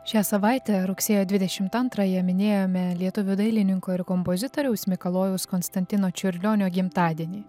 šią savaitę rugsėjo dvidešimt antrąją minėjome lietuvių dailininko ir kompozitoriaus mikalojaus konstantino čiurlionio gimtadienį